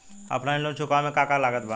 Offline loan चुकावे म का का लागत बा?